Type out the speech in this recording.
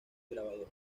grabador